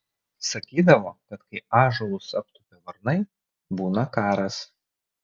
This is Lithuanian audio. sakydavo kad kai ąžuolus aptupia varnai būna karas